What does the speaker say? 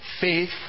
Faith